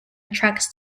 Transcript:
attracts